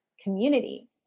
community